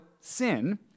sin